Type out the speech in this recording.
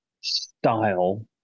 style